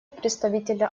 представителя